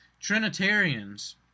Trinitarians